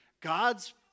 God's